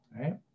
right